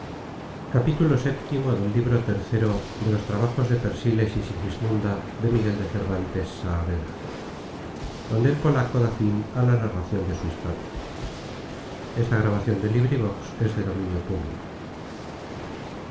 el polaco da fin á la narracion de su historia